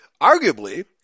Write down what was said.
Arguably